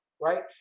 right